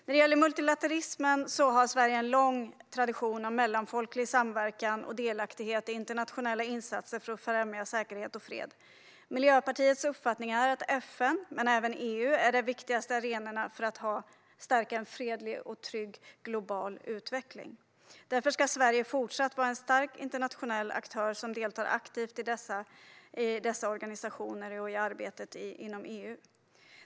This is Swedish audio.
När det gäller multilateralism har Sverige en lång tradition av mellanfolklig samverkan och delaktighet i internationella insatser för att främja säkerhet och fred. Miljöpartiets uppfattning är att FN men även EU är de viktigaste arenorna för att stärka en fredlig och trygg global utveckling. Därför ska Sverige fortsätta att vara en stark internationell aktör som deltar aktivt i dessa organisationer och i arbetet inom EU.